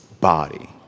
body